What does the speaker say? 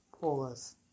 Pause